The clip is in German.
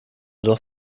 doch